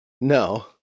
No